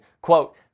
quote